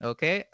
Okay